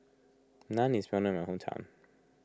Naan is well known in my hometown